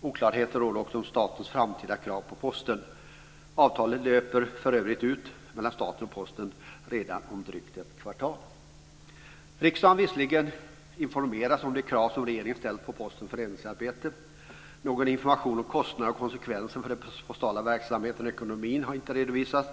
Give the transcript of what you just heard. Oklarheter råder också om statens framtida krav på Posten. Avtalet mellan staten och Posten löper för övrigt ut redan om drygt ett kvartal. Riksdagen har visserligen informerats om de krav som regeringen har ställt på Postens förändringsarbete. Någon information om kostnader och konsekvenser för den postala verksamheten och ekonomin har inte redovisats.